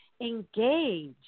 engage